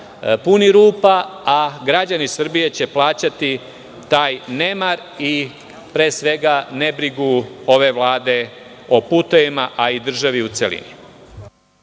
puni rupa, a građani Srbije će plaćati taj nemar i nebrigu ove vlade o putevima, a i državi u celini.